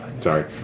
Sorry